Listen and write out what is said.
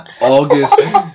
August